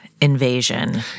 invasion